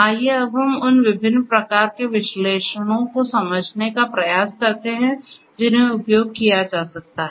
आइए अब हम उन विभिन्न प्रकार के विश्लेषणों को समझने का प्रयास करते हैं जिन्हें उपयोग किया जा सकता है